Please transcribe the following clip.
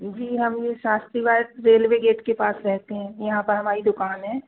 जी हम यह Shastri ward railway gate के पास रहते हैं यहाँ पर हमारी दुकान है